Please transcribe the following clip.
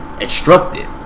instructed